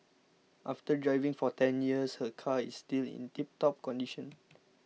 after driving for ten years her car is still in tiptop condition